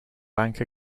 bank